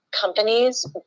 companies